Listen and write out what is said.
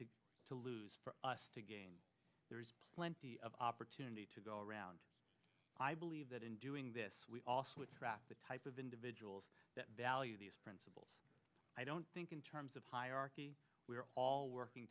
to to lose for us to gain there is plenty of opportunity to go around i believe that in doing this we also attract the type of individuals that value these principles i don't think in terms of hierarchy we are all working